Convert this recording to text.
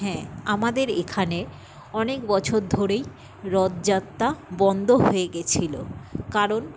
হ্যাঁ আমাদের এখানে অনেক বছর ধরেই রথযাত্রা বন্ধ হয়ে গিয়েছিল কারণ